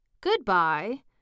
Goodbye